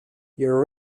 your